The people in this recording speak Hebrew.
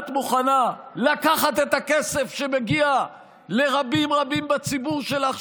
את מוכנה לקחת את הכסף שמגיע לרבים רבים בציבור שלך,